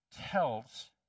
tells